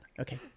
Okay